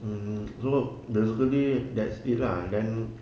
um so basically that's it lah and then